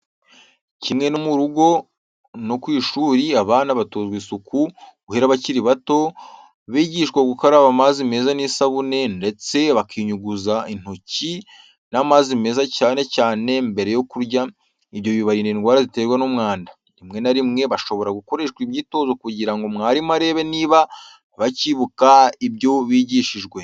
Kimwe no mu rugo, no ku ishuri abana batozwa isuku guhera bakiri bato, bigishwa gukaraba amazi meza n'isabune, ndetse bakiyunyuguza intoki n'amazi meza cyane cyane mbere yo kurya, ibyo bibarinda indwara ziterwa n'umwanda. Rimwe na rimwe bashobora gukoreshwa imyitozo kugira ngo mwarimu arebe niba bakibuka ibyo bigishijwe.